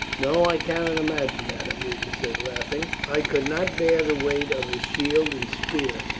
no, i cannot imagine that, aemilia said laughing. i could not bear the weight of a shield and spear,